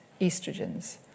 estrogens